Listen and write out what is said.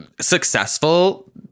successful